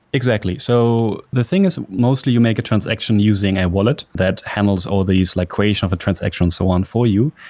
exactly. so the thing is mostly you make a transaction using a wallet that handles all of these like equation of a transaction and so on for you,